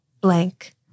blank